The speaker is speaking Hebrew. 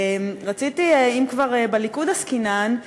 אם כבר בליכוד עסקינן,